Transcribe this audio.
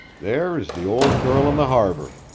there is the old girl in the harbor!